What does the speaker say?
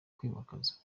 kwimakaza